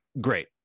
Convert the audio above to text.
great